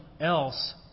else